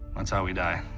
that's how we die.